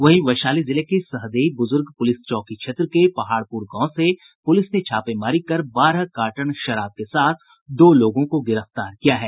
वहीं वैशाली जिले के सहदेई बुज़ुर्ग पुलिस चौकी क्षेत्र के पहाड़पुर गांव में पुलिस ने छापेमारी कर बारह कार्टन शराब के साथ दो लोगों को गिरफ्तार किया है